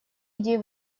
идей